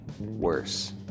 worse